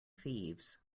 thieves